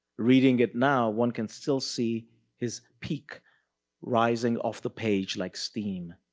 reading it now, one can still see his peak rising off the page like steam.